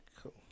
cool